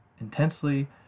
intensely